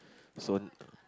so